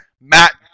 Matt